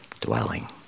dwelling